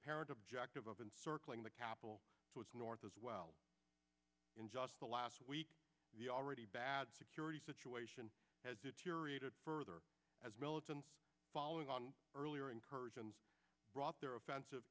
apparent objective of been circling the capital to its north as well in just the last week the already bad security situation has deteriorated further as militants following on earlier incursions brought their offensive